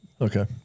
okay